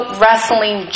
wrestling